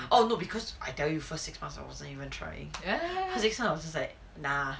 oh no because I tell you first six months I wasn't even trying first six months I was just like nah